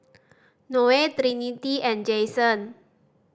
Noe Trinity and Jason